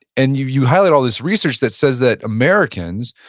and you you highlight all this research that says that americans,